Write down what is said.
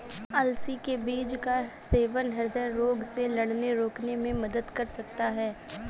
अलसी के बीज का सेवन हृदय रोगों से लड़ने रोकने में मदद कर सकता है